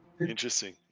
Interesting